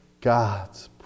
God's